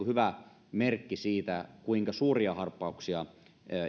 hyvä merkki siitä kuinka suuria harppauksia